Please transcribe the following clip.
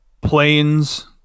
planes